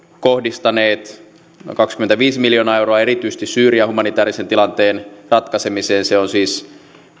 kohdistaneet noin kaksikymmentäviisi miljoonaa euroa erityisesti syyrian humanitäärisen tilanteen ratkaisemiseen se on siis